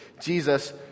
Jesus